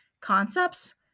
concepts